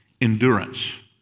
endurance